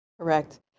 Correct